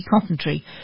Coventry